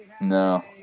No